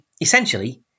essentially